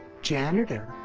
janitor?